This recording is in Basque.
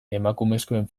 emakumezkoen